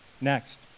Next